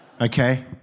Okay